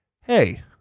hey